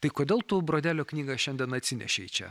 tai kodėl tu brodelio knygą šiandien atsinešei čia